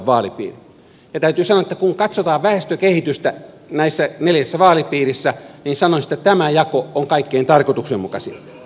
täytyy sanoa että kun katsotaan väestökehitystä näissä neljässä vaalipiirissä niin sanoisin että tämä jako on kaikkein tarkoituksenmukaisin